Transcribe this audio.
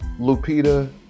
Lupita